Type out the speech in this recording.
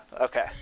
Okay